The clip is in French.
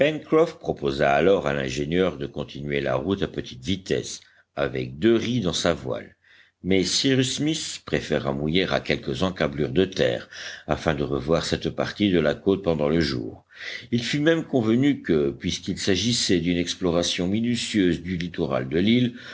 proposa alors à l'ingénieur de continuer la route à petite vitesse avec deux ris dans sa voile mais cyrus smith préféra mouiller à quelques encablures de terre afin de revoir cette partie de la côte pendant le jour il fut même convenu que puisqu'il s'agissait d'une exploration minutieuse du littoral de l'île